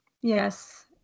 yes